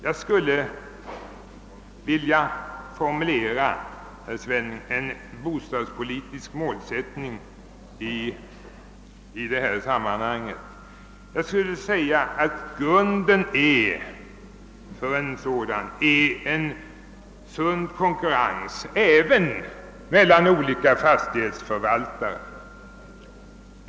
Jag skulle vilja formulera en bostadspolitisk målsättning på följande sätt. Grunden är en sund konkurrens, även mellan olika fastighetsförvaltare.